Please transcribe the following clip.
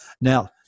Now